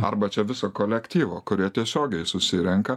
arba čia viso kolektyvo kurie tiesiogiai susirenka